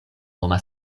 homa